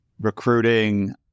recruiting